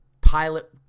pilot